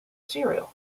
cereal